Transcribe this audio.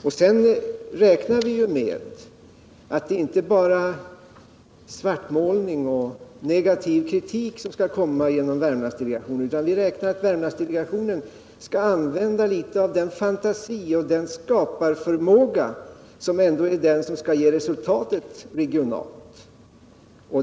Vi räknade med att inte bara svartmålning och negativ kredit skulle komma genom Värmlandsdelegationen, utan att 21 Värmlandsdelegationen också skulle använda litet av den fantasi och skaparförmåga som ändå är det som skall ge resultat regionalt.